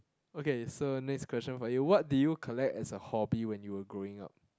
okay so next question for you what did you collect as a hobby when you were growing up